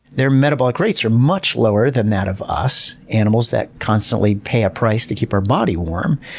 their metabolic rates are much lower than that of us, animals that constantly pay a price to keep our body warm.